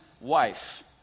wife